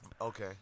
okay